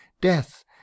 Death